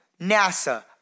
NASA